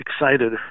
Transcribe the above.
excited